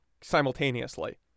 simultaneously